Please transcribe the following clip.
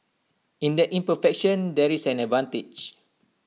in that imperfection there is an advantage